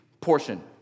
portion